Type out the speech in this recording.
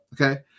okay